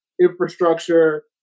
infrastructure